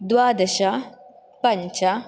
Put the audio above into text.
द्वादश पञ्च